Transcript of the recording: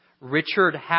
Richard